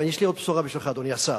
ויש לי עוד בשורה בשבילך, אדוני השר,